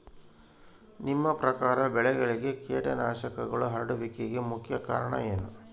ನಿಮ್ಮ ಪ್ರಕಾರ ಬೆಳೆಗೆ ಕೇಟನಾಶಕಗಳು ಹರಡುವಿಕೆಗೆ ಮುಖ್ಯ ಕಾರಣ ಏನು?